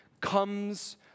comes